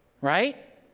Right